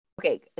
Okay